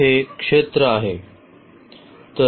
ते क्षेत्र आहे